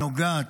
הנוגעת,